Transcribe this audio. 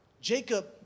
Jacob